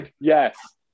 yes